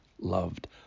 loved